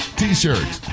t-shirts